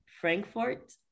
Frankfurt